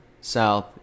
south